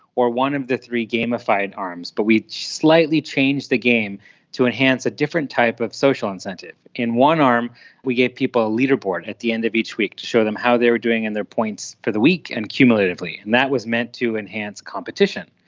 or one of the three gamified arms. but we slightly changed the game to enhance a different type of social incentive. in one arm we gave people a leaderboard at the end of each week to show them how they were doing in their points for the week and cumulatively, and that was meant to enhance competition.